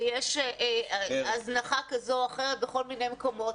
ויש הזנחה כזו או אחרת בכל מיני מקומות,